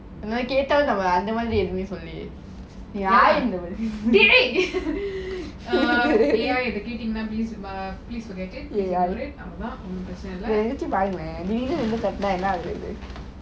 டேய் யாரது இத கேட்டிங்கனா:dei yaarathu itha keatingana please please forget it please ignore it அவ்ளோதான் ஒன்னும் பிரச்னை இல்ல அதுலாம் ஒன்னும் பிரச்னை இல்ல:avlothaan onum prechana illa athulam onum prechana illa don't think that's an issue